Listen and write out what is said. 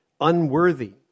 unworthy